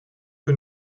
que